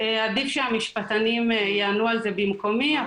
עדיף שהמשפטנים יענו על זה במקומי,